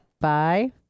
Bye